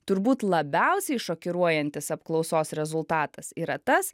turbūt labiausiai šokiruojantis apklausos rezultatas yra tas